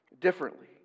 differently